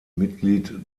mitglied